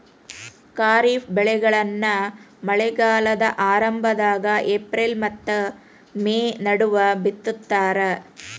ಖಾರಿಫ್ ಬೆಳೆಗಳನ್ನ ಮಳೆಗಾಲದ ಆರಂಭದಾಗ ಏಪ್ರಿಲ್ ಮತ್ತ ಮೇ ನಡುವ ಬಿತ್ತತಾರ